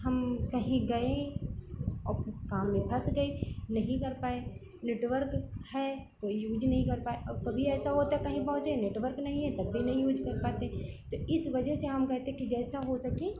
हम कहीं गए और कोई काम में फँस गए नहीं कर पाए नेटवर्क है तो यूज नहीं कर पाए और कभी ऐसा होता है कहीं पहुँचे नेटवर्क नहीं है तब भी नहीं यूज कर पाते तो इस वजह से हम कहते कि जैसा हो सके